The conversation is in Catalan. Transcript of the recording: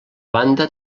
banda